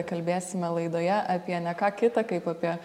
kalbėsime laidoje apie ne ką kitą kaip apie